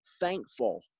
thankful